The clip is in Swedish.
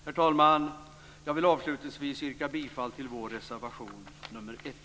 Herr talman! Avslutningsvis yrkar jag bifall till vår reservation nr 1.